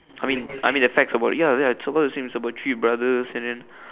I mean I mean the facts about ya ya it's about the same it's about three brothers and then